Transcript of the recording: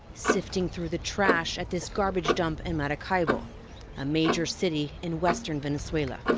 sifting through the trash at this garbage dump in maracaibo, a major city in western venezuela.